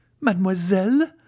Mademoiselle